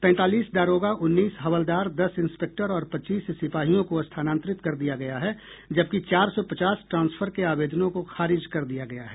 तैंतालीस दारोगा उन्नीस हवलदार दस इंस्पेक्टर और पच्चीस सिपाहियों को स्थानांतरित कर दिया गया है जबकि चार सौ पचास ट्रांसफर के आवेदनों को खारिज कर दिया गया है